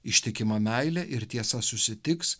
ištikima meilė ir tiesa susitiks